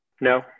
No